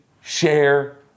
share